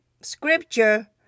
scripture